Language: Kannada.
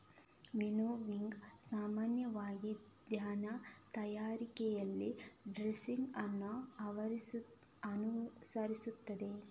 ವಿನ್ನೋವಿಂಗ್ ಸಾಮಾನ್ಯವಾಗಿ ಧಾನ್ಯ ತಯಾರಿಕೆಯಲ್ಲಿ ಥ್ರೆಸಿಂಗ್ ಅನ್ನು ಅನುಸರಿಸುತ್ತದೆ